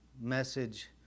message